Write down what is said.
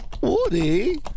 Woody